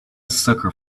sucker